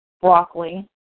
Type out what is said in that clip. broccoli